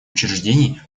учреждений